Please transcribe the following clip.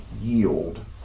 yield